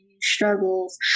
struggles